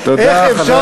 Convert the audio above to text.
תודה,